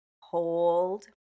hold